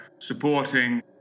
supporting